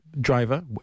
driver